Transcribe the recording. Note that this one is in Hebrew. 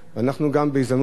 אנחנו גם בהזדמנות זו,